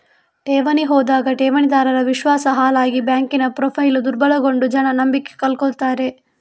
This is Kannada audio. ಠೇವಣಿ ಹೋದಾಗ ಠೇವಣಿದಾರರ ವಿಶ್ವಾಸ ಹಾಳಾಗಿ ಬ್ಯಾಂಕಿನ ಪ್ರೊಫೈಲು ದುರ್ಬಲಗೊಂಡು ಜನ ನಂಬಿಕೆ ಕಳ್ಕೊತಾರೆ